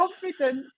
confidence